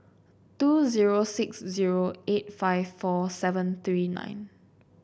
two zero six zero eight five four seven three nine